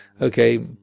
okay